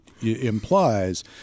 implies